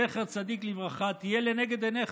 זכר צדיק לברכה, תהיה לנגד עיניך.